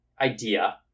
idea